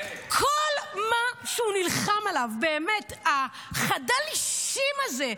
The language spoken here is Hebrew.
כל מה שהוא נלחם עליו באמת, חדל האישים הזה,